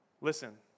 Listen